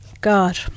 God